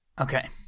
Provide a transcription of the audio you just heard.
Okay